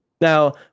Now